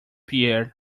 pierre